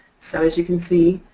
so as you can see,